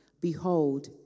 Behold